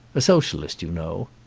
a socialist, you know,